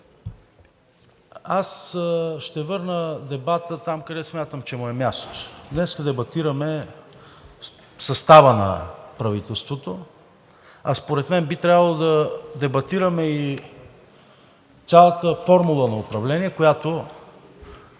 Аз ще върна дебата там, където смятам, че му е мястото. Днес дебатираме състава на правителството, а според мен би трябвало да дебатираме и цялата формула на управление, която